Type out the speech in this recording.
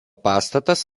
pastatas